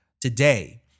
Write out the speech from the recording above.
today